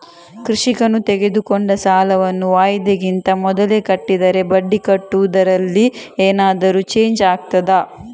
ಕೃಷಿಕನು ತೆಗೆದುಕೊಂಡ ಸಾಲವನ್ನು ವಾಯಿದೆಗಿಂತ ಮೊದಲೇ ಕಟ್ಟಿದರೆ ಬಡ್ಡಿ ಕಟ್ಟುವುದರಲ್ಲಿ ಏನಾದರೂ ಚೇಂಜ್ ಆಗ್ತದಾ?